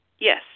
Yes